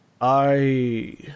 I